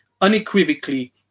unequivocally